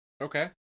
Okay